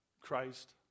Christ